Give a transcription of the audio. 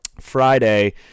Friday